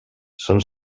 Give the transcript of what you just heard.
són